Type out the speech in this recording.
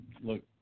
Look